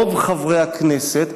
רוב חברי הכנסת,